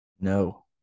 No